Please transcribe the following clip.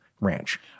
ranch